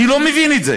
אני לא מבין את זה.